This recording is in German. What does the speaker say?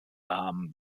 haben